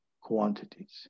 quantities